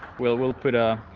we'll. we'll put a